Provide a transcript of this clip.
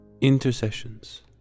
Intercessions